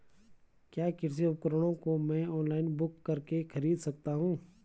क्या कृषि उपकरणों को मैं ऑनलाइन बुक करके खरीद सकता हूँ?